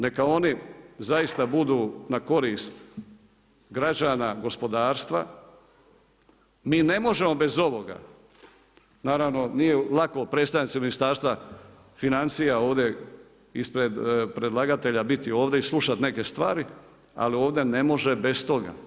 Neka oni zaista budu na korist građana, gospodarstva, mi ne možemo bez ovoga, naravno nije lako predstavnicima Ministarstva financija ovdje ispred predlagatelja biti ovdje i slušat neke stvari, ali ovdje ne može bez toga.